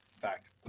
Fact